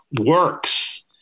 works